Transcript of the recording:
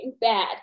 bad